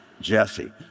Jesse